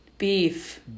Beef